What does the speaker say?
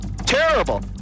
terrible